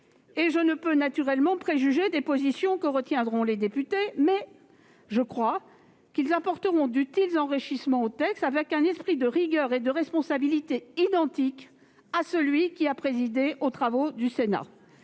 je ne peux préjuger des positions que retiendront les députés. J'ai cependant le sentiment qu'ils apporteront d'utiles enrichissements au texte dans un esprit de rigueur et de responsabilité identique à celui qui a présidé aux travaux du Sénat.